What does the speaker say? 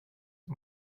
for